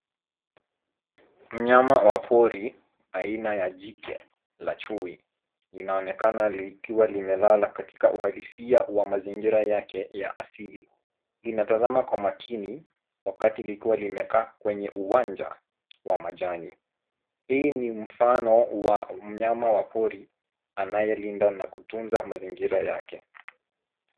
Mnyama wa pori aina ya jike la chui linaonekana likiwa limelala katika uhalisia wa mazingira yake ya asili. Linatazama kwa makini wakati likiwa limekaa kwenye uwanja wa majani. Hii ni mfano wa mnyama wa pori anayelinda na kutunza mazingira yake.